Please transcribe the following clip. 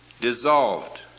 dissolved